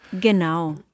Genau